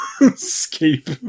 escape